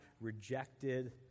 rejected